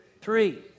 Three